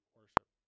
worship